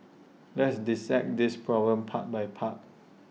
let's dissect this problem part by part